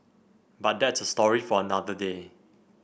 but that's a story for another day